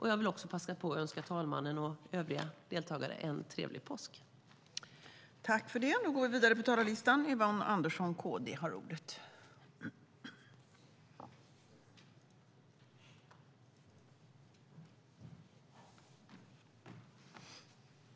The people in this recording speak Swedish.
Jag vill också passa på att önska talmannen och övriga deltagare en trevlig påsk.